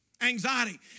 Anxiety